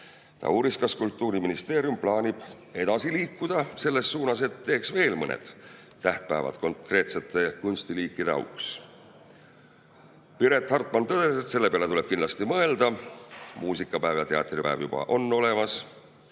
uuris, kas Kultuuriministeerium plaanib edasi liikuda selles suunas, et teeks veel mõned tähtpäevad konkreetsete kunstiliikide auks. Piret Hartman tõdes, et selle peale tuleb kindlasti mõelda. Muusikapäev ja teatripäev on juba olemas